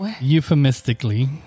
euphemistically